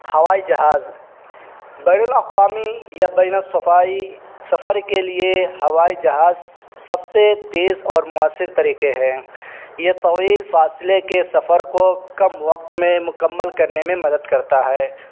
ہوائی جہاز بین الاقوامی یا بین الصبائی سفر کے لیے ہوائی جہاز سب سے تیز اور مؤثر طریقے ہیں یہ طویل فاصلے کے سفر کو کم وقت میں مکمل کرنے میں مدد کرتا ہے